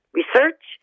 research